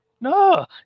No